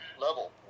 level